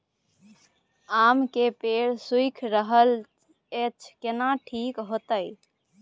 आम के पेड़ सुइख रहल एछ केना ठीक होतय?